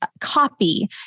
copy